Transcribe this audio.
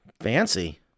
Fancy